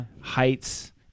heights